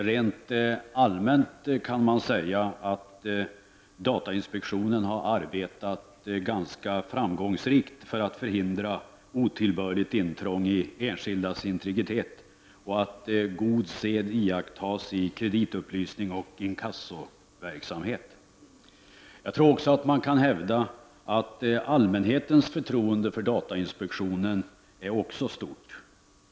Rent allmänt kan man säga att datainspektionen ganska framgångsrikt arbetat för att förhindra otillbörligt intrång i enskildas integritet och för att god sed iakttas i kreditupplysningsoch inkassoverksamhet. Allmänhetens förtroende för datainspektionen också är mycket stort.